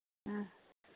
हाँ